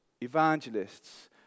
evangelists